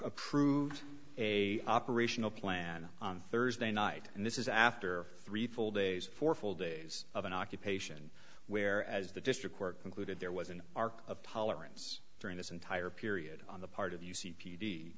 approved a operational plan on thursday night and this is after three full days four full days of an occupation where as the district court concluded there was an arc of tolerance during this entire period on the part of